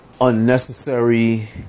unnecessary